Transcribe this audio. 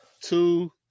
two